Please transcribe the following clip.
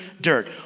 dirt